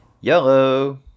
Yellow